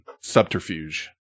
subterfuge